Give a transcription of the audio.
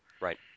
right